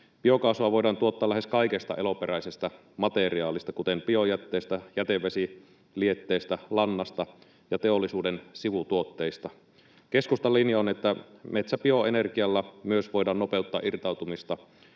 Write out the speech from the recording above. Biokaasua voidaan tuottaa lähes kaikesta eloperäisestä materiaalista, kuten biojätteestä, jätevesilietteestä, lannasta ja teollisuuden sivutuotteista. Keskustan linja on, että metsäbioenergialla myös voidaan nopeuttaa irtautumista